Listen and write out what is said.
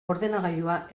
ordenagailua